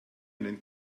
einen